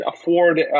afford